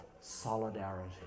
solidarity